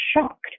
shocked